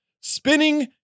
Spinning